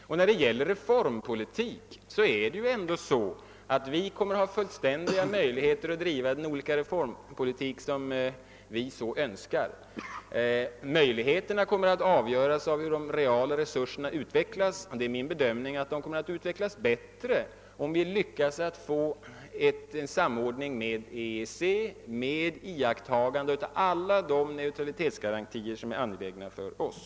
När det gäller reformpolitiken är det ändå så att vi kommer att ha fullständiga möjligheter att driva den reformpolitik vi önskar. Möjligheterna härför kommer i stället att avgöras av utvecklingen av de reala resurserna. Min bedömning är att dessa kommer att utvecklas bättre om vi lyckas få en samordning med EEC — med iakttagande av alla de naturalitetsgarantier som är angelägna för oss.